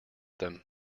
them